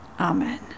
Amen